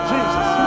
Jesus